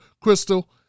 Crystal